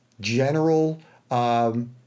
general